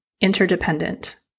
interdependent